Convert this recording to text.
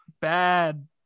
Bad